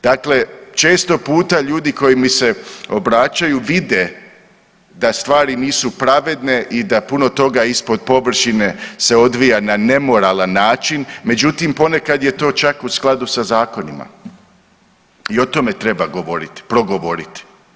Dakle, često puta ljudi koji mi se obraćaju vide da stvari nisu pravedne i da puno toga ispod površine se odvija na nemoralan način, međutim ponekad je to čak u skladu sa zakonima i o tome treba govoriti, progovoriti.